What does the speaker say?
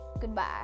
goodbye